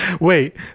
Wait